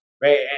right